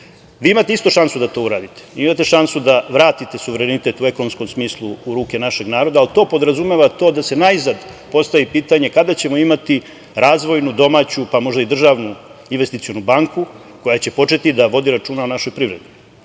imate istu šansu da to uradite. Imate šansu da vratite suverenitet u ekonomskom smislu u ruke našeg naroda, ali to podrazumeva da se najzad postavi pitanje - kada ćemo imati razvojnu, domaću, pa možda i državnu investicionu banku koja će početi da vodi računa o našoj privredi?